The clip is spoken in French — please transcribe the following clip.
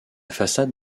façade